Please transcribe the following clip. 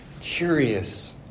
curious